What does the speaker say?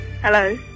Hello